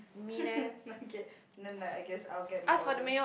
okay no no I guess I'll get my order